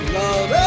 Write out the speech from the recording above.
love